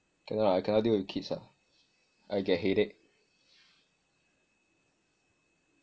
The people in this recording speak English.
cannot lah I cannot deal with kids lah I get headache